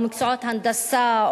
או מקצועות הנדסה,